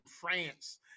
France